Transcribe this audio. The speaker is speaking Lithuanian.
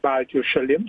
baltijos šalim